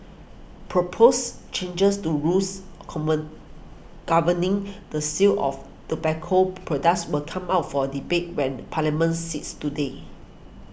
proposed changes to rules common governing the sale of tobacco products will come up for a debate when Parliament sits today